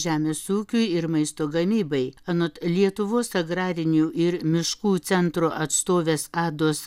žemės ūkiui ir maisto gamybai anot lietuvos agrarinių ir miškų centro atstovės ados